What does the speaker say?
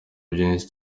byinshi